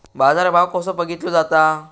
बाजार भाव कसो बघीतलो जाता?